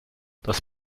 dass